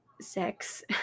sex